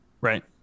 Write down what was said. Right